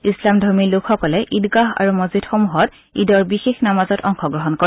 ইছলামধৰ্মী লোকসকলে ঈদগাহ আৰু মছজিদসমূহত ঈদৰ বিশেষ নামাজত অংশগ্ৰহণ কৰে